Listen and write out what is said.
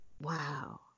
Wow